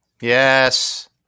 Yes